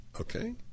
Okay